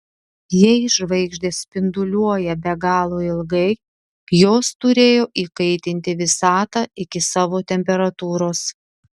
jei žvaigždės spinduliuoja be galo ilgai jos turėjo įkaitinti visatą iki savo temperatūros